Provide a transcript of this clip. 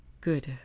Good